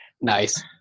Nice